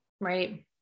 right